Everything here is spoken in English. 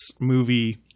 movie